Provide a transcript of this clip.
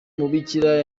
mubikira